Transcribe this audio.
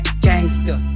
gangster